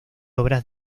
obras